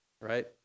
Right